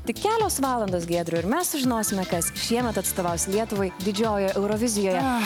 tik kelios valandos giedriau ir mes sužinosime kas šiemet atstovaus lietuvai didžiojoje eurovizijoje